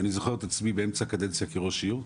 אני זוכר את עצמי באמצע קדנציה כראש עיר,